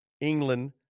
England